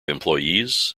employees